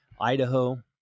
Idaho